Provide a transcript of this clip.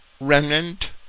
remnant